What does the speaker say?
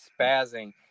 spazzing